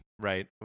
right